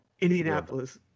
Indianapolis